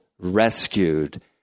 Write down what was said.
rescued